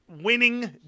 winning